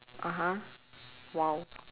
(uh huh) !wow!